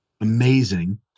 amazing